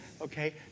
Okay